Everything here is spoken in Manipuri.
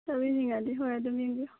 ꯆꯥꯕꯤꯅꯤꯡꯉꯗꯤ ꯍꯣꯏ ꯑꯗꯨꯃ ꯌꯦꯡꯕꯤꯌꯨ